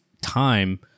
time